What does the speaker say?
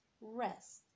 rest